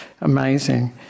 amazing